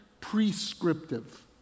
prescriptive